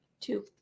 Two